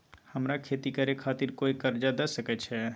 हमरा खेती करे खातिर कोय कर्जा द सकय छै?